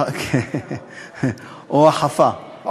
או החפה.